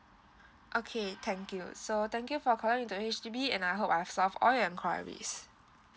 okay thank you so thank you for calling in to H_D_B and I hope I've solved all your enquiries